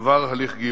עבר הליך גיור.